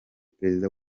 perezida